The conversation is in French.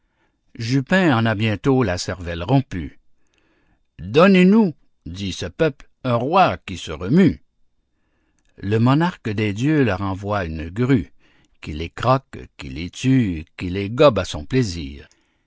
jupin en a bientôt la cervelle rompue donnez-nous dit ce peuple un roi qui se remue le monarque des dieux leur envoie une grue qui les croque qui les tue qui les gobe à son plaisir